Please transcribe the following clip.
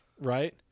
right